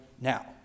now